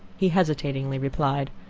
he hesitatingly replied,